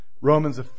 Romans